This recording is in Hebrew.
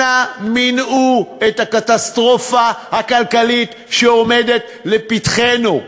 אנא מנעו את הקטסטרופה הכלכלית שעומדת לפתחנו.